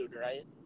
right